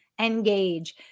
Engage